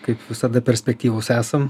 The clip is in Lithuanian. kaip visada perspektyvūs esam